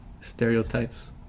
stereotypes